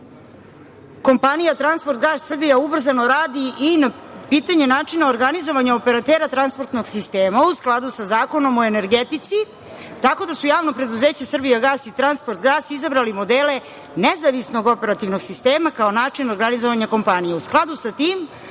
kompanija „Transportgas Srbija“ ubrzano radi i na pitanje načina organizovanja operatera transportnog sistema, u skladu sa Zakonom o energetici, tako da su Javno preduzeće „Srbijagas“ i „Transportgas“ izabrali modele nezavisnog operativnog sistema, kao način organizovanja kompanije.